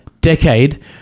decade-